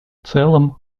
целом